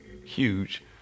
huge